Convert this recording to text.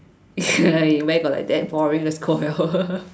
ya where got like that probably will score well